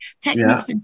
techniques